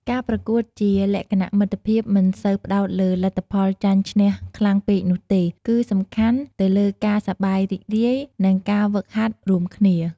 ការប្រកួតជាលក្ខណៈមិត្តភាពមិនសូវផ្តោតលើលទ្ធផលចាញ់ឈ្នះខ្លាំងពេកនោះទេ គឺសំខាន់ទៅលើការសប្បាយរីករាយ និងការហ្វឹកហាត់រួមគ្នា។